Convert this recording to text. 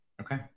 Okay